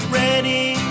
ready